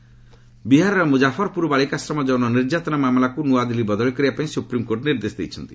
SC Bihar ବିହାରର ମୁଜାଫରପୁର ବାଳିକାଶ୍ରମ ଯୌନ ନିର୍ଯାତନା ମାମଲାକୁ ନୂଆଦିଲ୍ଲୀ ବଦଳି କରିବା ପାଇଁ ସୁପ୍ରିମ୍କୋର୍ଟ ନିର୍ଦ୍ଦେଶ ଦେଇଛନ୍ତି